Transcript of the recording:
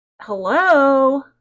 Hello